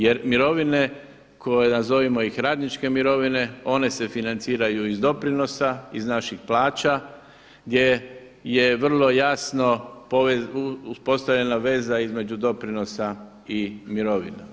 Jer mirovine koje nazovimo ih radničke mirovine one se financiraju iz doprinosa, iz naših plaća gdje je vrlo jasno uspostavljena veza između doprinosa i mirovina.